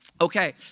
Okay